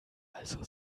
also